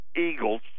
eagles